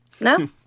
no